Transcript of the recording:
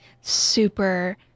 super